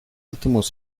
últimos